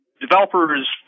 developers